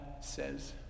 says